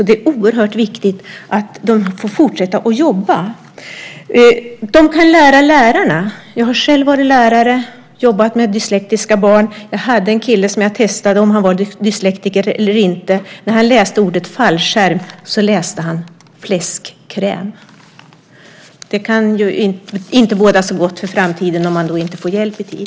Det är alltså oerhört viktigt att de får fortsätta att jobba. De kan lära lärarna. Jag har själv varit lärare och jobbat med dyslektiska barn. Jag hade en kille som jag testade om han var dyslektiker eller inte. När han läste ordet "fallskärm" läste han "fläskkräm". Det kan inte båda gott för framtiden om man inte får hjälp i tid.